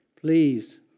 please